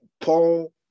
Paul